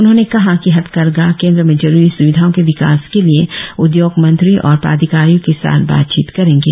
उन्होंने कहा कि हथकरघा केंद्र में जरुरी स्विधाओं के विकास के लिए उदयोग मंत्री और प्राधिकारियों के साथ बातचीत करेंगे